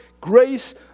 grace